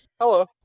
Hello